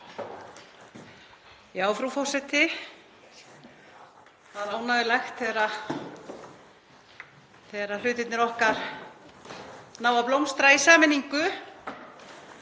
Frú forseti. Það er ánægjulegt þegar hlutirnir okkar ná að blómstra í sameiningu.